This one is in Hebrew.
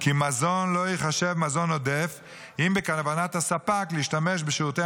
כי מזון לא ייחשב מזון עודף אם בכוונת ספק שירותי